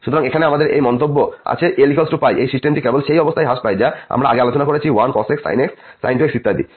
সুতরাং এখন আমাদের এই মন্তব্য আছে যদি l π এই সিস্টেমটি কেবল সেই ব্যবস্থায় হ্রাস পায় যা আমরা আগে আলোচনা করেছি 1cos x sin x sin 2x ইত্যাদি